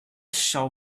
shall